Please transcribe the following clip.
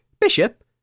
Bishop